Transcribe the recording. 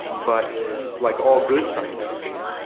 but like all good science fiction,